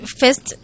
first